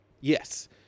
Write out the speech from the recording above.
Yes